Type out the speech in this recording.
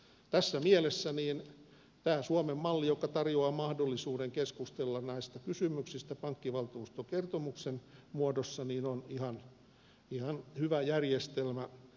tässä mielessä tämä suomen malli joka tarjoaa mahdollisuuden keskustella näistä kysymyksistä pankkivaltuuston kertomuksen muodossa on ihan hyvä järjestelmä